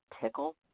tickle